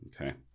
Okay